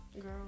girl